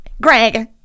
Greg